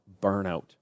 burnout